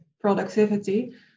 productivity